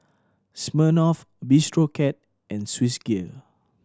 Smirnoff Bistro Cat and Swissgear